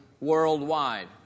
worldwide